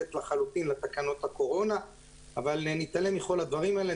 שמנוגדת לחלוטין לתקנות הקורונה אבל נתעלם מכל הדברים האלה.